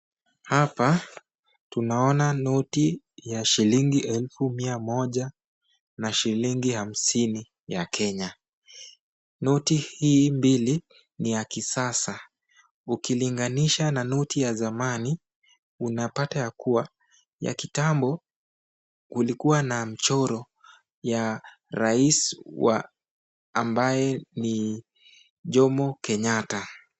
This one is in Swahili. Hapa tunaona noti ya shilingi elfu mia moja na shilingi hamsini ya kenya. Noti hii mbili ni ya kisasa ukilinganisha na noti ya zamani unapata ya kuwa ya kitambo kulikuwa na mchoro ya rais wa ambaye ni Jomo Kenyatta.